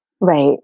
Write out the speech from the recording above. right